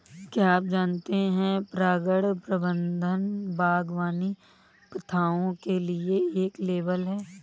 क्या आप जानते है परागण प्रबंधन बागवानी प्रथाओं के लिए एक लेबल है?